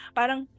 parang